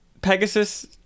Pegasus